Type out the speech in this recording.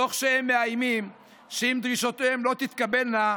תוך שהם מאיימים שאם דרישותיהם לא תתקבלנה,